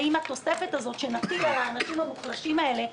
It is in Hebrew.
האם התוספת הזו שנטיל על האנשים המוחלשים האלה,